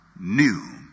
new